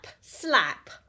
Slap